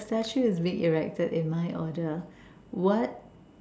a statue is being erected in my order what